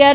R